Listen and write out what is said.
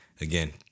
again